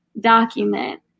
document